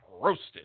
roasted